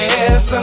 Yes